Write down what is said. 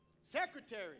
secretary